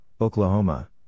Oklahoma